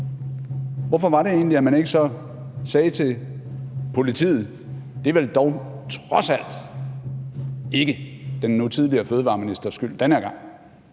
Hvorfor var det egentlig, at man så ikke sagde det til politiet? Det er vel dog trods alt ikke den nu tidligere fødevareministers skyld den her gang.